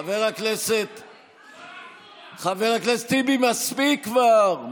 חבר הכנסת טיבי, מספיק כבר.